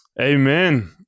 amen